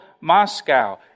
Moscow